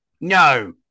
No